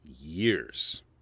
years